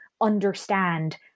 understand